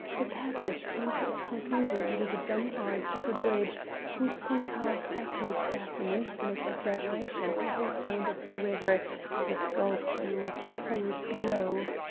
the passage came to its conclusion under the dumb arch of a bridge whose concaves echoed back in infinite exaggeration every sound of the river as it gulped in rocky pools below.